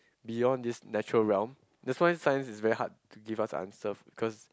beyond this natural realm that's why science is very hard to give us the answer because